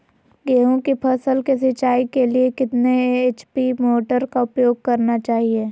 गेंहू की फसल के सिंचाई के लिए कितने एच.पी मोटर का उपयोग करना चाहिए?